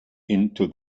into